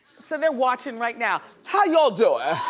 so they're watching right now. how y'all doin'?